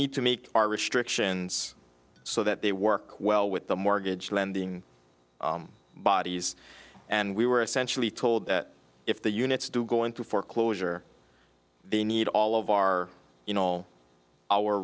need to meet our restrictions so that they work well with the mortgage lending bodies and we were essentially told that if the units do go into foreclosure they need all of our you know our